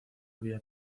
había